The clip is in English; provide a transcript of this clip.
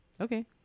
Okay